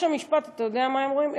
היה שם משפט, אתה יודע מה הם אומרים?